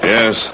Yes